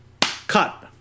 cut